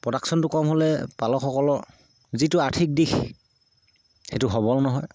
প্ৰডাকশ্যনটো কম হ'লে পালকসকলৰ যিটো আৰ্থিক দিশ সেইটো সবল নহয়